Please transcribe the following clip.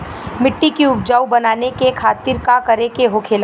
मिट्टी की उपजाऊ बनाने के खातिर का करके होखेला?